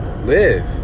Live